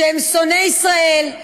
שהם שונאי ישראל,